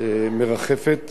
מרחפת